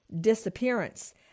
disappearance